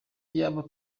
iyaba